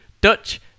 Dutch